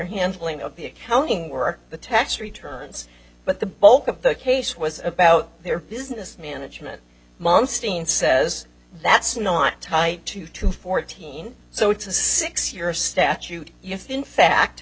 handling of the accounting work the tax returns but the bulk of the case was about their business management mom steen says that's not tied to two fourteen so it's a six year statute yes in fact